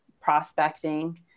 prospecting